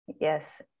Yes